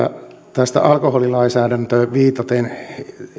tähän alkoholinlainsäädäntöön viitaten